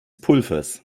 pulvers